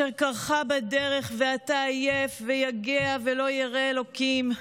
אשר קרך בדרך, ואתה עיף ויגע ולא יָרֵא אלוהים".